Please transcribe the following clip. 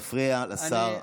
מפריע לשר,